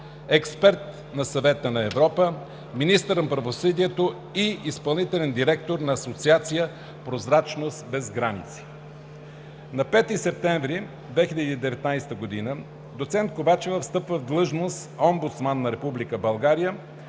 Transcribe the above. експерт на Съвета на Европа, министър на правосъдието и изпълнителен директор на Асоциация „Прозрачност без граници“. На 5 септември 2019 г. доцент Ковачева встъпва в длъжността „омбудсман“ на